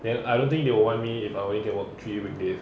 then I don't think they will want me if I only can work three weekdays